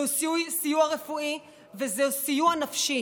זה סיוע רפואי וזה סיוע נפשי,